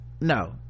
No